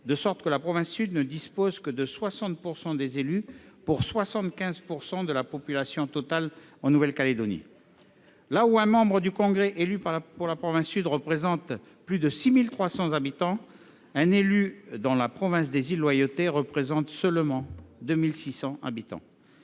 de sorte que la province Sud ne dispose que de 60 % des élus pour 75 % de la population totale de Nouvelle Calédonie. Alors qu’un membre du congrès élu dans la province Sud représente plus de 6 300 habitants, un élu de la province des îles Loyauté n’en représente que 2 600.